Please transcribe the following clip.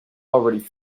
already